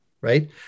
right